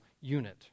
unit